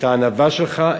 את הענווה שלך,